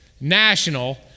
national